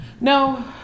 no